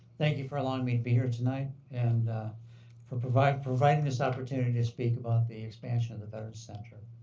thank you for allowing me to be here tonight and for providing providing this opportunity to speak about the expansion of the veteran center.